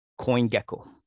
CoinGecko